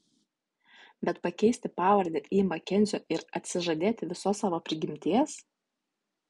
bet pakeisti pavardę į makenzio ir atsižadėti visos savo prigimties